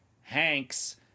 Hank's